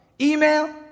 Email